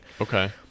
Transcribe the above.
Okay